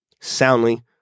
soundly